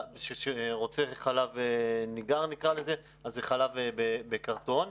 שרוצה חלב ניגר, זה חלב בקרטון.